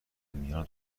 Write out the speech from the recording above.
میان